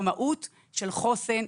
במהות של חוסן,